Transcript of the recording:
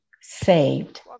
saved